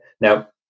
Now